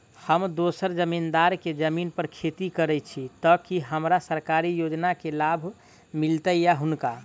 हम दोसर जमींदार केँ जमीन पर खेती करै छी तऽ की हमरा सरकारी योजना केँ लाभ मीलतय या हुनका?